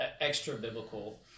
extra-biblical